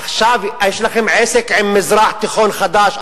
עכשיו יש לכם עסק עם מזרח תיכון חדש.